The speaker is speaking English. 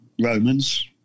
Romans